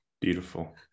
beautiful